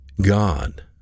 God